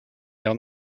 down